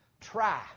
try